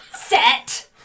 Set